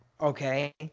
Okay